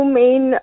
main